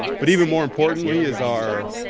but even more importantly is our,